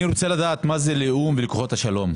כמה אנו משלמים לכוחות האו"ם וכמה לכוחות השלום,